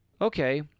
Okay